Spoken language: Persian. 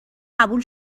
قبول